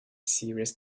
serious